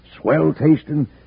Swell-tasting